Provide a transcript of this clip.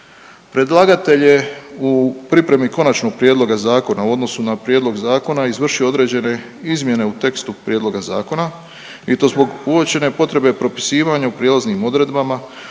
Predlagatelj je u pripremi konačnog prijedloga zakona u odnosu na prijedlog zakona izvršio određene izmjene u tekstu prijedloga zakona i to zbog uočene potrebe propisivanja u prijelaznim odredbama,